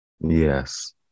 yes